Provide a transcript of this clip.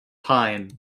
pine